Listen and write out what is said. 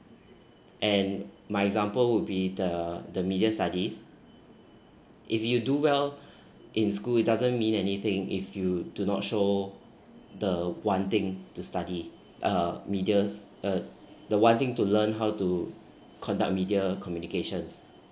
and my example would be the the media studies if you do well in school it doesn't mean anything if you do not show the wanting to study uh media's uh the wanting to learn how to conduct media communications